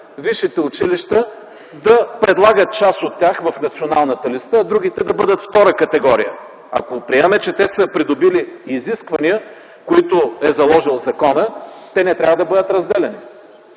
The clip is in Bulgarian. висшите училища да предлагат част от тях в Националната листа, а другите да бъдат втора категория? Ако приемем, че те са придобили изисквания, които е заложил законът, те не трябва да бъдат разделяни.